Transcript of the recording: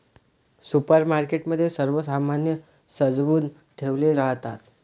supermarket मध्ये सर्व सामान सजवुन ठेवले राहतात